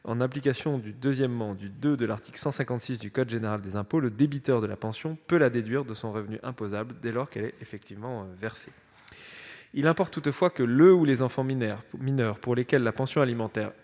En application du 2° du II de l'article 156 du code général des impôts, le débiteur de la pension peut la déduire de son revenu imposable dès lors qu'elle est effectivement versée. Il importe toutefois que le ou les enfants mineurs pour lesquels la pension alimentaire est